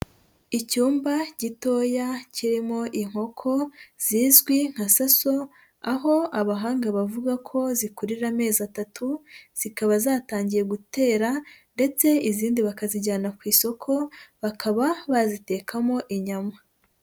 Icyumba gitoya kirimo inkoko zizwi nka saso, aho abahanga bavuga ko zikurira amezi atatu zikaba zatangiye gutera ndetse izindi bakazijyana ku isoko bakaba bazitekamo inyama.